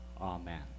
Amen